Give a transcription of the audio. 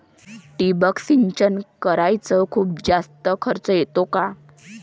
ठिबक सिंचन कराच खूप जास्त खर्च येतो का?